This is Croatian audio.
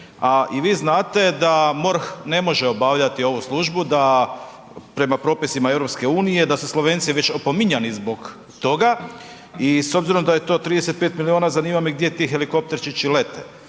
A vi znate da MORH ne može obavljati ovu službu, da prema propisima EU da su Slovenci već opominjani zbog toga. I s obzirom da je to 35 milijuna zanima me gdje ti helikopterčići lete?